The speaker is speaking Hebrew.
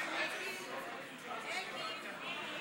לוועדה את הצעת חוק ביטול המוסדות הלאומיים (תיקוני חקיקה),